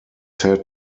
said